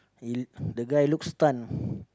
it the guy looks stun